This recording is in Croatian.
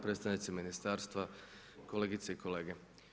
Predstavnici Ministarstva, kolegice i kolege.